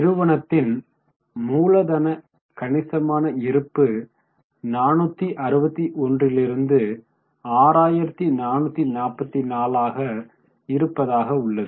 நிறுவனத்தின் மூலதன கணிசமான இருப்பு 461 லிருந்து 6444 இருப்பாக உள்ளது